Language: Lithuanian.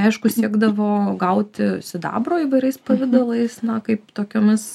aišku siekdavo gauti sidabro įvairiais pavidalais na kaip tokiomis